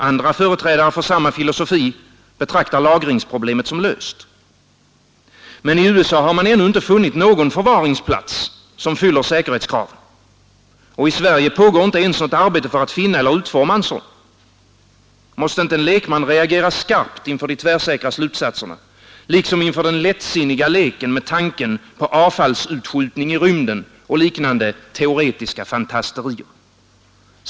Andra företrädare för samma filosofi betraktar lagringsproblemet som löst. Men i USA har man ännu inte funnit någon förvaringsplats som fyller säkerhetskraven. Och i Sverige pågår inte ens något arbete för att finna eller utforma en sådan. Måste inte en lekman reagera skarpt inför de tvärsäkra slutsatserna liksom inför den lättsinniga leken med tanken på avfallsutskjutning i rymden och liknande teoretiska fantasterier?